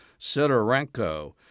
Sidorenko